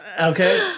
Okay